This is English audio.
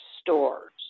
stores